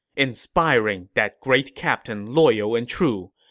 inspiring, that great captain loyal and true!